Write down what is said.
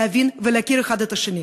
להבין ולהכיר האחד את השני.